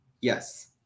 yes